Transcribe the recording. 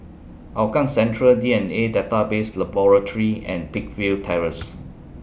Hougang Central D N A Database Laboratory and Peakville Terrace